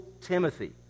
Timothy